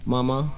Mama